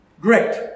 Great